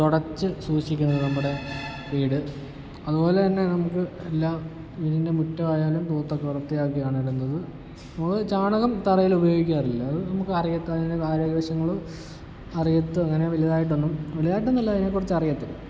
തുടച്ച് സൂക്ഷിക്കുന്നത് നമ്മുടെ വീട് അതുപോലെ തന്നെ നമുക്ക് എല്ലാം വീടിൻ്റെ മുറ്റമായാലൂം തൂത്തക്കെ വൃത്തിയാക്കിയാണ് ഇടുന്നത് നമ്മൾ ചാണകം തറയിൽ ഉപയോഗിക്കാറില്ല നമുക്ക് അതിൻ്റെ ആരോഗ്യവശങ്ങളും അറിയത്തു അങ്ങനെ വലുതായിട്ടൊന്നും വലുതായിട്ടൊന്നും അല്ല അതിനെക്കുറിച്ച് അറിയത്തില്ല